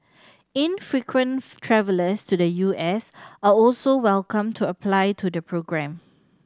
infrequent travellers to the U S are also welcome to apply to the programme